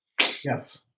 Yes